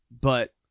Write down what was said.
but-